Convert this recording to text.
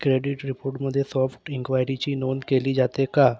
credit रिपोटमध्ये soft इन्क्वायरीची नोंद केली जाते का